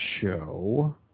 show